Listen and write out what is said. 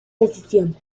decisión